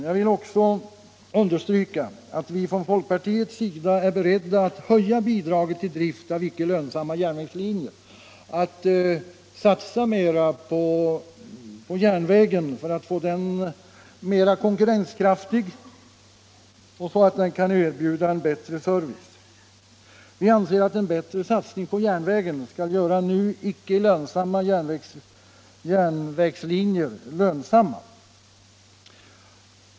Jag vill också understryka att vi från folkpartiets sida är beredda att höja investeringsbidraget och att på ett bättre sätt satsa på järnvägen för att få den mera konkurrenskraftig, och så att den kan erbjuda en bättre service. Vi anser att starkare satsning på järnvägen skulle göra nu olönsamma järnvägslinjer lönsamma.